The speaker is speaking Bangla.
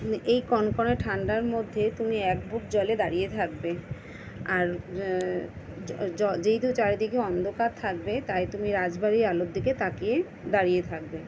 এই কনকনে ঠান্ডার মধ্যে তুমি এক বুক জলে দাঁড়িয়ে থাকবে আর য যেহেতু চারিদিকে অন্ধকার থাকবে তাই তুমি রাজবাড়ির আলোর দিকে তাকিয়ে দাঁড়িয়ে থাকবে